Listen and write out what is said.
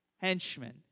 henchmen